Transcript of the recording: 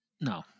no